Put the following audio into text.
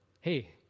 hey